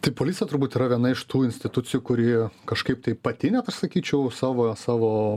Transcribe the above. tai policija turbūt yra viena iš tų institucijų kurie kažkaip tai pati net aš sakyčiau savo savo